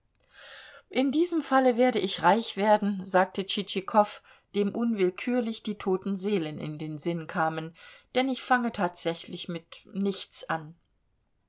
in diesem falle werde ich reich werden sagte tschitschikow dem unwillkürlich die toten seelen in den sinn kamen denn ich fange tatsächlich mit nichts an